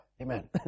amen